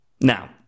Now